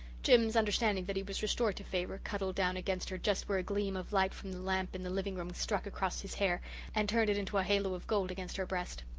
jims, understanding that he was restored to favour, cuddled down against her just where a gleam of light from the lamp in the living-room struck across his hair and turned it into a halo of gold against her breast.